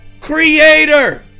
creator